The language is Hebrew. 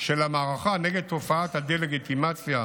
של המערכה נגד תופעת הדה-לגיטימציה